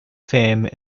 fame